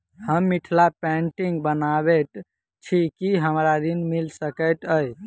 हम मिथिला पेंटिग बनाबैत छी की हमरा ऋण मिल सकैत अई?